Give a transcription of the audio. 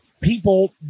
people